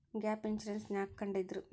Gap insurance ನ್ಯಾಕ್ ಕಂಢಿಡ್ದ್ರು?